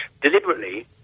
deliberately